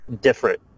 different